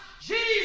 Jesus